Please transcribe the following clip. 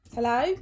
Hello